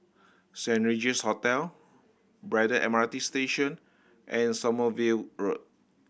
Saint Regis Hotel Braddell M R T Station and Sommerville Road